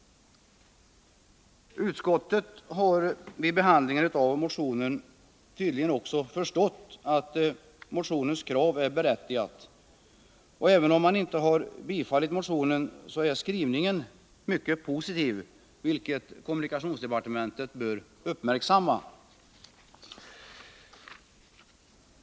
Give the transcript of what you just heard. Utskottet har vid behandlingen av motionen tydligen också förstått att motionens krav är berättigat, och även om man inte tillstyrkt motionen, så är skrivningen mycket positiv, vilket kommunikationsdepartementet bör uppmärksamma.